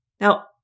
Now